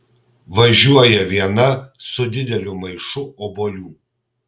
važiuoja viena su dideliu maišu obuolių